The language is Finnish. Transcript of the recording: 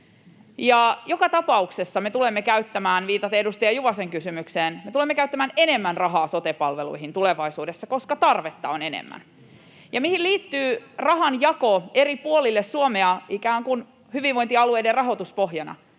Joka tapauksessa me tulemme käyttämään — viitaten edustaja Juvosen kysymykseen — enemmän rahaa sote-palveluihin tulevaisuudessa, koska tarvetta on enemmän. Ja mihin liittyy rahanjako eri puolille Suomea ikään kuin hyvinvointialueiden rahoituspohjana?